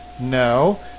No